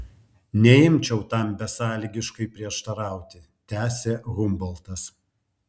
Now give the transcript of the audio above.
neimčiau tam besąlygiškai prieštarauti tęsė humboltas